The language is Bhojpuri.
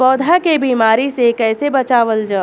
पौधा के बीमारी से कइसे बचावल जा?